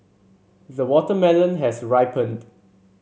the watermelon has ripened